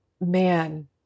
man